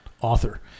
author